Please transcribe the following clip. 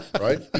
Right